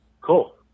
cool